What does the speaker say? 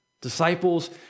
Disciples